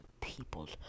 peoples